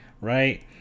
right